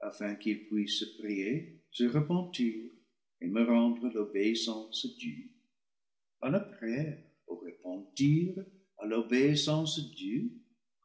afin qu'ils puissent prier se repentir et me rendre l'obéissance due à la prière au repentir à l'obéissance due